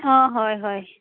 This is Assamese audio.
অঁ হয় হয়